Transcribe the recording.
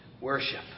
worship